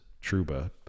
Truba